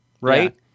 right